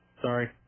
Sorry